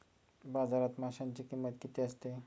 बाजारात माशांची किंमत किती असते?